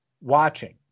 watching